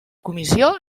comissió